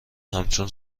همچون